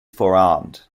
forearmed